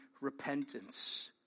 repentance